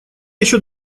еще